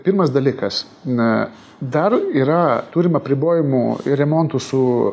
pirmas dalykas na dar yra turim apribojimų ir remontų su